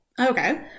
Okay